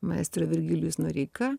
maestro virgilijus noreika